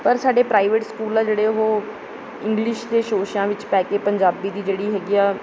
ਪਰ ਸਾਡੇ private school ਆ ਜਿਹੜੇ ਉਹ ਇੰਗਲਿਸ਼ ਦੇ ਸ਼ੋਸ਼ਿਆਂ ਵਿੱਚ ਪੈ ਕੇ ਪੰਜਾਬੀ ਦੀ ਜਿਹੜੀ ਹੈਗੀ ਆ